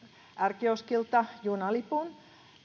r kioskilta junalipun